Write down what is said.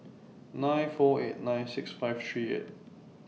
nine four eight nine six five three eight